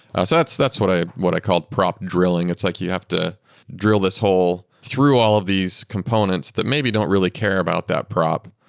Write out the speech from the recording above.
so that's that's what i what i called prop drilling. it's like, you have to drill this hole through all of these components that maybe don't really care about that prop,